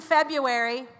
February